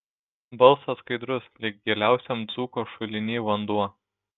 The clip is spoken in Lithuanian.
balsas skaidrus lyg giliausiam dzūko šuliny vanduo